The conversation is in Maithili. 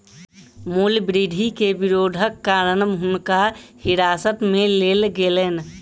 मूल्य वृद्धि के विरोधक कारण हुनका हिरासत में लेल गेलैन